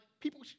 people